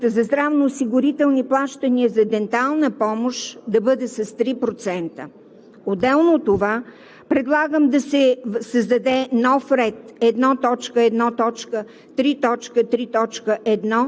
Затова предлагаме увеличението на средствата за здравноосигурителни плащания за дентална помощ да бъде с 3%. Отделно от това предлагам да се създаде нов ред 1.1.3.3.1,